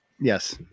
Yes